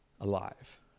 alive